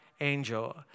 angel